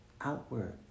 outward